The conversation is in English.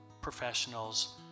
professionals